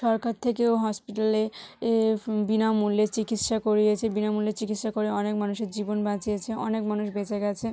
সরকার থেকেও হসপিটালে এ বিনামূল্যে চিকিৎসা করিয়েছে বিনামূল্যে চিকিৎসা করে অনেক মানুষের জীবন বাঁচিয়েছে অনেক মানুষ বেঁচে গিয়েছে